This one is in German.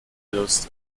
benutzt